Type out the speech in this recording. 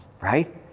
right